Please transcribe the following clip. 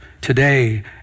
today